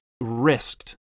risked